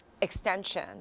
extension